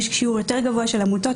יש שיעור יותר גבוה של עמותות,